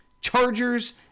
Chargers